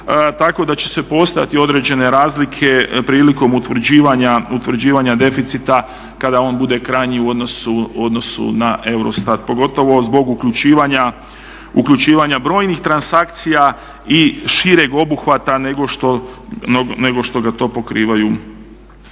Tako da će postojati određene razlike prilikom utvrđivanja deficita kada on bude krajnji u odnosu na EUROSTAT, pogotovo zbog uključivanja brojnih transakcija i šireg obuhvata nego što ga to pokrivamo